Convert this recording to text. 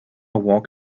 walk